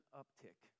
uptick